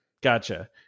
Gotcha